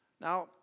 Now